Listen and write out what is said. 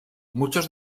muchos